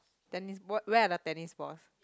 tennis what where are the tennis balls